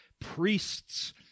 priests